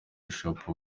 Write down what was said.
bishop